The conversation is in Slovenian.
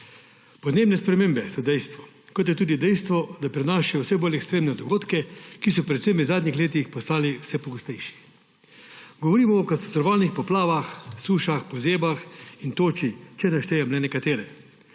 Podnebne spremembe so dejstvo, kot je tudi dejstvo, da prinašajo vse bolj ekstremne dogodke, ki so predvsem v zadnjih letih postali vse pogostejši. Govorimo o katastrofalnih poplavah, sušah, pozebah in toči, če ne štejem le nekatere.